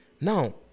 Now